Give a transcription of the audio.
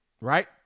right